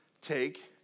take